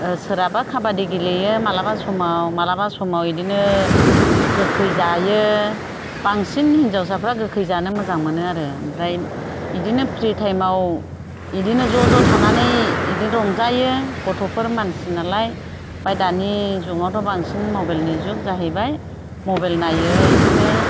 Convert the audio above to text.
सोरहाबा खाबादि गेलेयो मालाबा समाव माब्लाबा समाव बेदिनो गोखै जायो बांसिन हिनजावसाफ्रा गोखै जानो मोजां मोनो आरो आफ्राय बेदिनो फ्रि टाइमाव बेदिनो ज'ज' थानानै बेदिनो रंजायो गथ'फोर मानसि नालाय ओमफ्राय दानि जुगावथ' बांसिन मबाइलनि जुग जाहैबाय मबाइल नायो बेदिनो